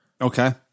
okay